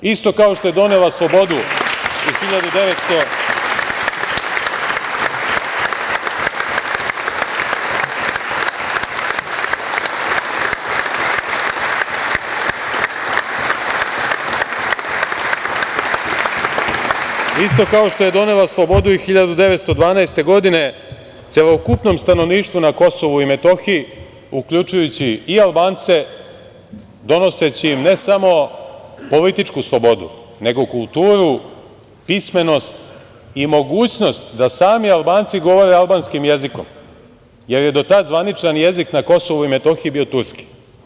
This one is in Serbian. Isto kao što je donela slobodu i 1912. godine celokupnom stanovništvu na Kosovu i Metohiji uključujući i Albance, donoseći im ne samo političku slobodu, nego kulturu, pismenost i mogućnost da sami Albanci govore albanskim jezikom, jer je do tad zvaničan jezik na Kosovu i Metohiji bio Turski.